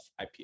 IPO